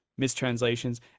Mistranslations